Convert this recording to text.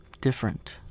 Different